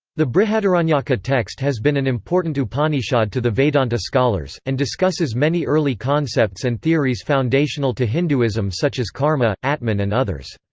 the brihadaranyaka text has been an important upanishad to the vedanta scholars, and discusses many early concepts and theories foundational to hinduism such as karma, atman and others.